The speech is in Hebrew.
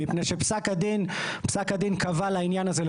מפני שפסק הדין קבע לעניין הזה,